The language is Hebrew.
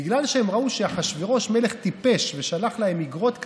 בגלל שהם ראו שאחשוורוש הוא מלך טיפש ושלח להם איגרות כאלה,